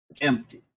empty